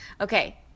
Okay